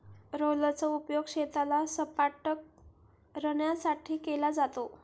रोलरचा उपयोग शेताला सपाटकरण्यासाठी केला जातो